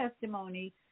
testimony